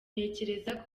ntekereza